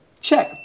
Check